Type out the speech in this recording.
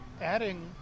adding